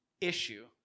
issue